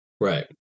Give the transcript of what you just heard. Right